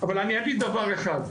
אבל אני אגיד דבר אחד.